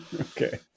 Okay